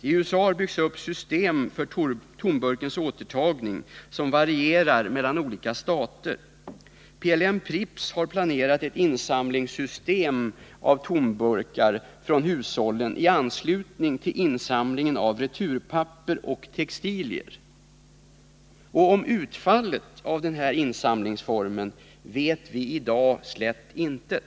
I USA har byggts upp system för tomburkens återtagning vilka varierar mellan olika stater. PLM-Pripps har planerat ett system för insamling av tomburkar från hushållen i anslutning till insamlingen av returpapper och textilier. Om utfallet av denna insamlingsform vet vi i dag slätt intet.